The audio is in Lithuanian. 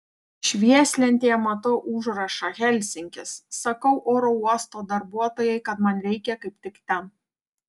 švieslentėje matau užrašą helsinkis sakau oro uosto darbuotojai kad man reikia kaip tik ten